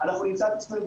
שזה התיירות והתעופה.